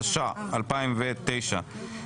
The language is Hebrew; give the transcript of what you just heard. התש"ע-2009.